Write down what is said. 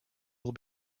will